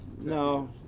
No